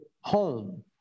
home